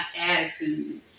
attitude